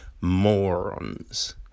morons